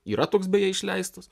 yra toks beje išleistas